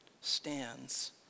stands